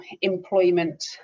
employment